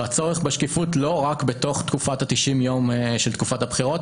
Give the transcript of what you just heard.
והצורך בשקיפות לא רק בתוך תקופת ה-90 יום של תקופת הבחירות,